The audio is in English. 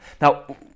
Now